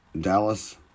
Dallas